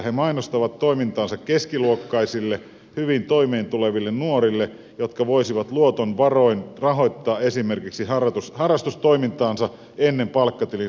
he mainostavat toimintaansa keskiluokkaisille hyvin toimeentuleville nuorille jotka voisivat luoton varoin rahoittaa esimerkiksi harrastustoimintaansa ennen palkkatilin saapumista